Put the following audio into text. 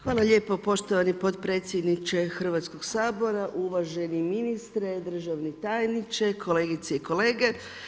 Hvala lijepo poštovani potpredsjedniče Hrvatskog sabora, uvaženi ministre, državni tajniče, kolegice i kolege.